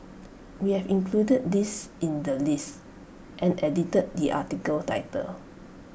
we have included this in the list and edited the article title